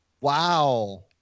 Wow